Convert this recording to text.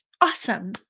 awesome